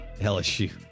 LSU